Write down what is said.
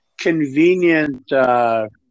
convenient